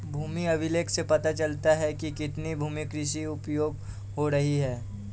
भूमि अभिलेख से पता चलता है कि कितनी भूमि कृषि में उपयोग हो रही है